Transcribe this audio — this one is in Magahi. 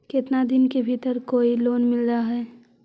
केतना दिन के भीतर कोइ लोन मिल हइ?